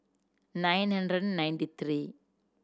nine hundred ninety three